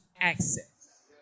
access